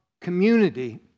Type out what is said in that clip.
community